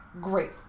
Great